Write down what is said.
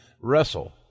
wrestle